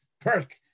perk